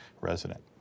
resident